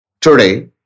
Today